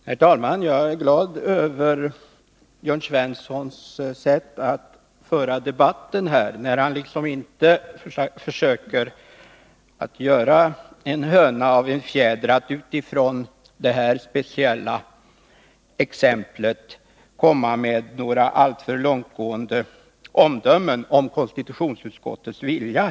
Herr talman! Jag är glad över Jörn Svenssons sätt att föra debatten här, att han liksom inte försöker göra en höna av en fjäder och utifrån detta speciella exempel komma med några alltför långtgående omdömen om konstitutionsutskottets vilja.